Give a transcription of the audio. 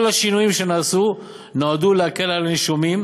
כל השינויים שנעשו נועדו להקל על הנישומים,